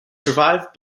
survived